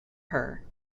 her